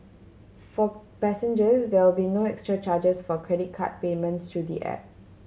for passengers there will be no extra charges for credit card payments through the app